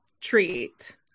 treat